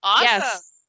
Yes